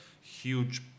huge